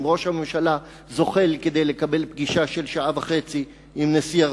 אם ראש הממשלה זוחל כדי לקבל פגישה של שעה וחצי עם נשיא ארצות-הברית.